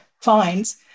finds